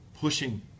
pushing